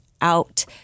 out